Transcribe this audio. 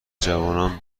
جوانان